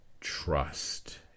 trust